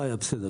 אין בעיה, בסדר.